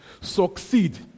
succeed